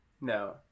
no